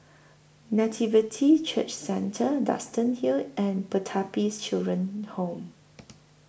Nativity Church Centre Duxton Hill and Pertapis Children Home